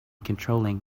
controlling